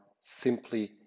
simply